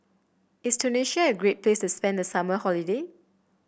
is Tunisia a great place spend summer holiday